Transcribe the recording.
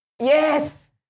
Yes